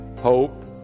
hope